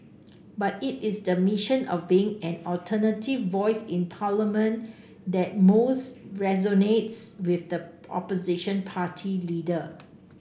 but it is the mission of being an alternative voice in Parliament that most resonates with the opposition party leader